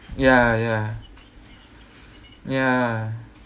ya ya ya